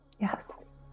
yes